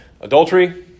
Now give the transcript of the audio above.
Adultery